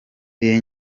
iyi